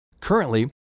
Currently